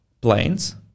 planes